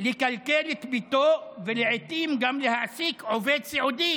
לכלכל את ביתו ולעיתים גם להעסיק עובד סיעודי